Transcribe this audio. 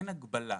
אין הגבלה,